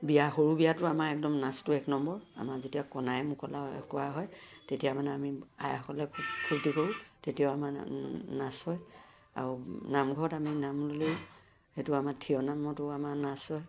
বিয়া সৰু বিয়াতো আমাৰ একদম নাচটো এক নম্বৰ আমাৰ যেতিয়া কনাই মুকলা কৰা হয় তেতিয়া মানে আমি আইসকলে খুব ফূৰ্তি কৰোঁ তেতিয়াও আমাৰ নাচ হয় আৰু নামঘৰত আমি নাম ল'লেও সেইটো আমাৰ থিয় নামতো আমাৰ নাচ হয়